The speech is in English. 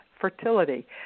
fertility